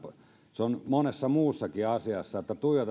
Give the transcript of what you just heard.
se on monessa muussakin asiassa että